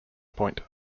point